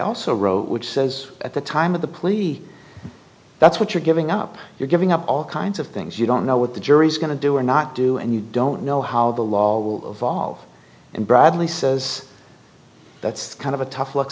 also wrote which says at the time of the plea that's what you're giving up you're giving up all kinds of things you don't know what the jury's going to do or not do and you don't know how the law will evolve and bradley says that's kind of a tough